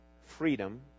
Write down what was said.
freedom